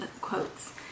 quotes